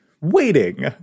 waiting